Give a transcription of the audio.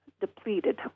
depleted